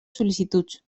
sol·licituds